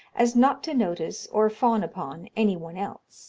as not to notice or fawn upon any one else